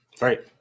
right